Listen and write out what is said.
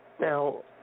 Now